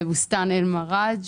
בבוסתאן אל מרג',